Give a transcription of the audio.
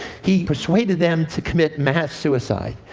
he persuaded them to commit mass suicide.